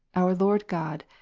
our lord god,